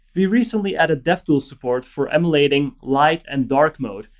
we recently added devtool support for emulating light and dark mode,